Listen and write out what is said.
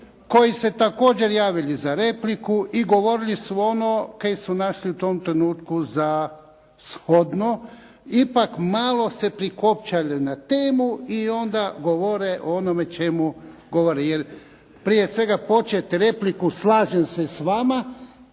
koji su se također javili za repliku i govorili su ono kaj su našli u tom trenutku za shodno. Ipak, malo se prikopčaju na temu i onda govore o onome o čemu govore. Jer prije svega počet repliku, slažem se s vama,